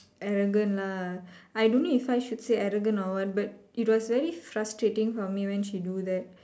arrogant lah I don't know if I should say arrogant or what but it was very frustrating for me when she do that